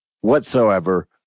whatsoever